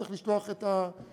צריך לשלוח את המרצים,